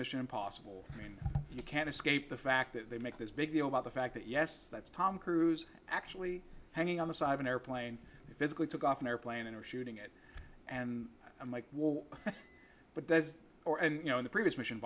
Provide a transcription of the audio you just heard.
mission impossible i mean you can't escape the fact that they make this big deal about the fact that yes that's tom cruise actually hanging on the side of an airplane to physically took off an airplane or shooting it and i'm like whoa but that or and you know the previous mission